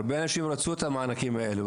הרבה אנשים רצו את המענקים האלו,